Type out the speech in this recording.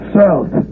south